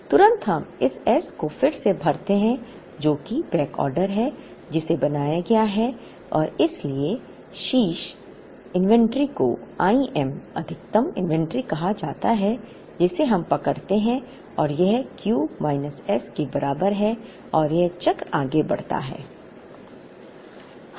तुरंत हम इस s को फिर से भरते हैं जो कि बैकऑर्डर है जिसे बनाया गया है और इसलिए शीर्ष इन्वेंट्री को I m अधिकतम इन्वेंट्री कहा जाता है जिसे हम पकड़ते हैं और यह Q माइनस s के बराबर है और यह चक्र आगे बढ़ता है